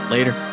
Later